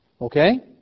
Okay